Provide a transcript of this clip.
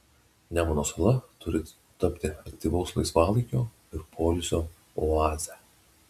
nemuno sala turi tapti aktyvaus laisvalaikio ir poilsio oaze